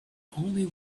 only